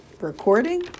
recording